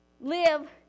Live